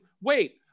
wait